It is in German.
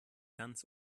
ganz